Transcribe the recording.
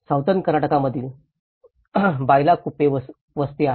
Southern कर्नाटकमधील ही बाइलाकुप्पे वस्ती आहे